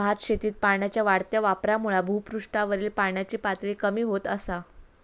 भातशेतीत पाण्याच्या वाढत्या वापरामुळा भुपृष्ठावरील पाण्याची पातळी कमी होत असा